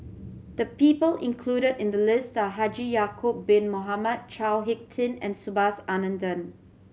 the people included in the list are Haji Ya'acob Bin Mohamed Chao Hick Tin and Subhas Anandan